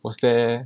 was there